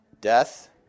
Death